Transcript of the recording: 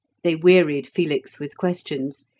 they wearied felix with questions,